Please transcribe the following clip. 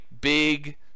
big